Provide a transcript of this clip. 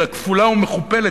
אלא כפולה ומכופלת,